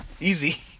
Easy